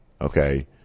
Okay